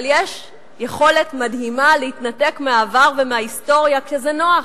אבל יש יכולת מדהימה להתנתק מהעבר ומההיסטוריה כשזה נוח,